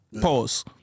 Pause